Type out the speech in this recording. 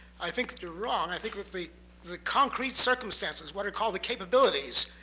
i think you're wrong. i think that the the concrete circumstances, what are called the capabilities,